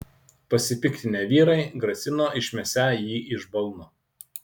pasipiktinę vyrai grasino išmesią jį iš balno